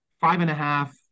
five-and-a-half